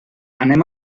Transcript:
anem